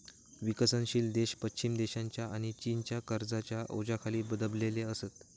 विकसनशील देश पश्चिम देशांच्या आणि चीनच्या कर्जाच्या ओझ्याखाली दबलेले असत